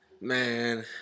Man